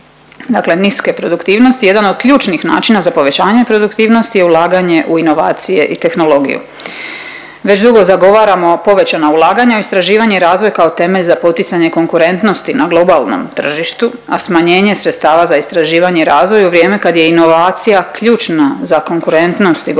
dakle niske produktivnosti. Jedan od ključnih načina za povećanje produktivnosti je ulaganje u inovacije i tehnologiju. Već dugo zagovaramo povećana ulaganja u istraživanje i razvoj kao temelj za poticanje konkurentnosti na globalnom tržištu, a smanjenje sredstava za istraživanje i razvoj u vrijeme kad je inovacija ključna za konkurentnost i gospodarski